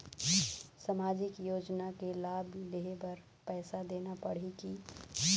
सामाजिक योजना के लाभ लेहे बर पैसा देना पड़ही की?